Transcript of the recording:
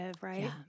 right